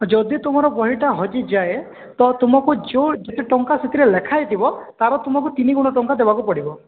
ଯଦି ତୁମର ବହିଟା ହଜିଯାଏ ତ ତୁମକୁ ଯୋଉ ଯେତେ ଟଙ୍କା ସେଥିରେ ଲେଖା ହେଇଥିବ ତାର ତୁମକୁ ତିନି ଗୁଣ ଟଙ୍କା ଦେବାକୁ ପଡ଼ିବ